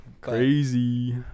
Crazy